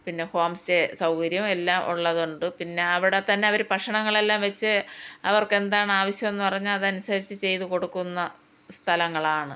പിന്നെ home stay സൗകര്യം എല്ലാം ഉള്ളത് കൊണ്ട് പിന്നെ അവിടെ തന്നെ അവർ ഭക്ഷണങ്ങളെല്ലാം വെച്ച് അവർക്കെന്താണ് ആവശ്യം എന്ന് പറഞ്ഞാൽ അതനുസരിച്ച് ചെയ്ത് കൊടുക്കുന്ന സ്ഥലങ്ങളാണ്